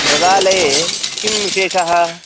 मृगालये किं विशेषः